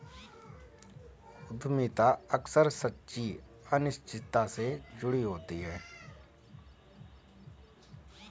उद्यमिता अक्सर सच्ची अनिश्चितता से जुड़ी होती है